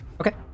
okay